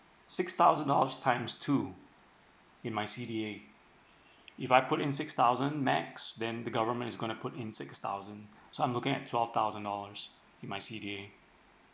six thousand dollars times two in my C_D_A if I put in six thousand max then the government is gonna put in six thousand so I'm looking at twelve thousand dollars in my C_D_A